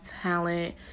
talent